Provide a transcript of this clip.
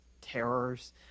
terrors